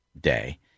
day